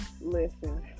Listen